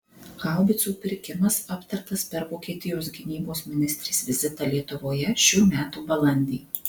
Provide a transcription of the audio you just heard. haubicų pirkimas aptartas per vokietijos gynybos ministrės vizitą lietuvoje šių metų balandį